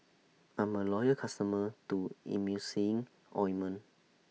I'm A Loyal customer to Emulsying Ointment